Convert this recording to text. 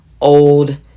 old